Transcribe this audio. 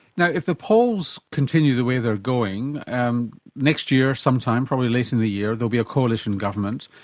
now, if the polls continue the way they're going um next year sometime, probably late in the year, there'll be a coalition government.